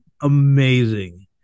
amazing